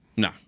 No